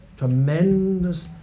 Tremendous